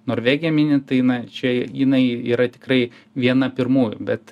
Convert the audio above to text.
norvegiją minint tai na čia jinai yra tikrai viena pirmųjų bet